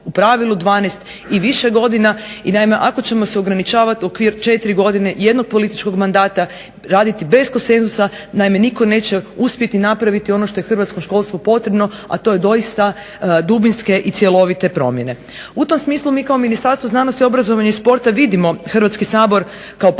u pravilu 12 i više godina. I naime, ako ćemo se ograničavati u okvir četiri godine jednog političkog mandata raditi bez konsenzusa. Naime, nitko neće uspjeti napraviti ono što je hrvatskom školstvu potrebno, a to je doista dubinske i cjelovite promjene. U tom smislu mi kao Ministarstvo znanosti, obrazovanja i sporta vidimo Hrvatski sabor kao partnere.